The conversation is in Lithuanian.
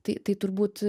tai tai turbūt